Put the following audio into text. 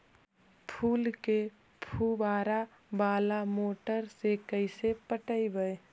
फूल के फुवारा बाला मोटर से कैसे पटइबै?